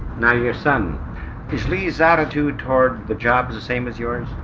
now, your son is lee's attitude toward the job the same as yours?